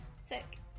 Sick